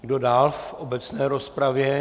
Kdo dál v obecné rozpravě?